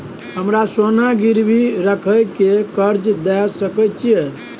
हमरा सोना गिरवी रखय के कर्ज दै सकै छिए?